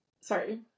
sorry